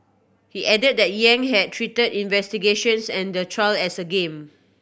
he added that Yang had treated investigations and the trial as a game